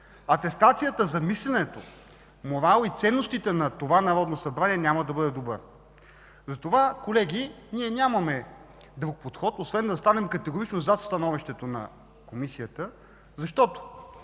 атестацията за мисленето, морала и ценностите на това Народно събрание няма да бъде добра. Колеги, ние нямаме друг подход освен категорично да застанем зад становището на Комисията, защото